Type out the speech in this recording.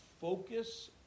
focus